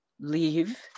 leave